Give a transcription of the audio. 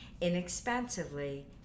inexpensively